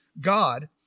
God